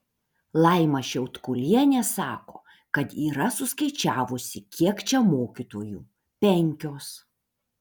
laima šiaudkulienė sako kad yra suskaičiavusi kiek čia mokytojų penkios